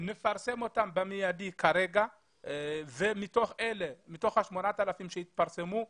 לפרסם אותם במיידי ומתוך ה-9,000 שהתפרסמו,